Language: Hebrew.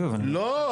לא,